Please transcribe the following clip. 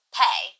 pay